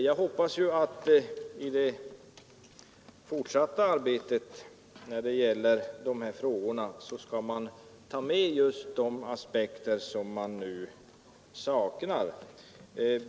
Jag hoppas att man i det fortsatta arbetet när det gäller dessa frågor skall ta med just de aspekter som jag nu saknar.